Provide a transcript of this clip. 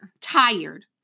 Tired